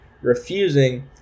refusing